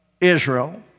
Israel